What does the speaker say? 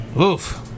Oof